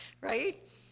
right